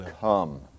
come